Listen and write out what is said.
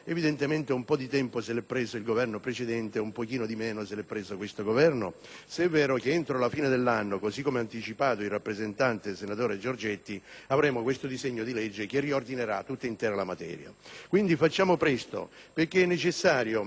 vero che entro la fine dell'anno, così come ha anticipato il rappresentante del Governo, sottosegretario Giorgetti, avremo un disegno di legge che riordinerà tutta quanta la materia. Quindi, facciamo presto perché è necessario mettere ordine, come d'altra parte sin dal 2007 aveva detto la sentenza della Corte di giustizia.